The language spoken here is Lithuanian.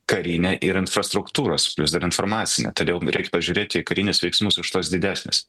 karinę ir infrastruktūros plius dar informacinę todėl reik pažiūrėti į karinius veiksmus iš tos didesnės